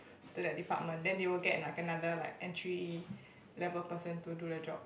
to that department then they will get like another like entry level person to do the job